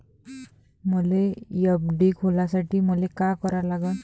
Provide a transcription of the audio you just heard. मले एफ.डी खोलासाठी मले का करा लागन?